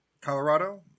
Colorado